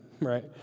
Right